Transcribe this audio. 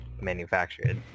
manufactured